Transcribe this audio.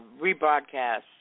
rebroadcast